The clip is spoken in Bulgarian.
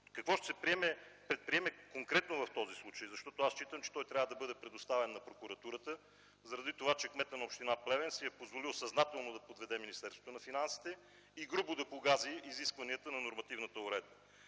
Какво ще предприеме конкретно в този случай? Мисля, че той трябва да бъде предоставен на прокуратурата заради това, че кметът на община Плевен си е позволил съзнателно да подведе Министерството на финансите и грубо да погази изискванията на нормативната уредба.